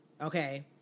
Okay